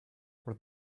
for